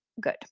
good